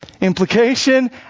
Implication